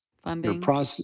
Funding